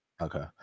Okay